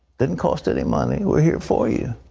doesn't cost any money. we're here for you.